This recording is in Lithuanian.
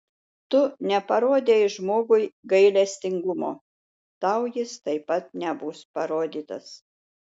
tu neparodei žmogui gailestingumo tau jis taip pat nebus parodytas